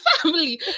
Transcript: family